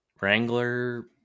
Wrangler